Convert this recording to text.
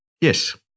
Yes